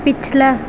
پچھلا